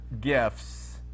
gifts